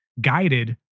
guided